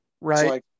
right